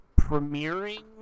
premiering